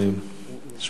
הכנסת,